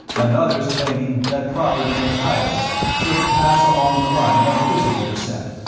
and others claiming that property and titles should pass along the line of physical descent,